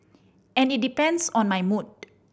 and it depends on my mood